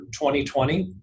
2020